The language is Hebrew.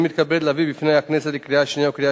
אני מתכבד להביא בפני הכנסת לקריאה שנייה ולקריאה